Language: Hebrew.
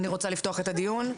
אני רוצה לפתוח את הדיון.